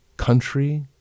country